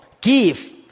give